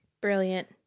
Brilliant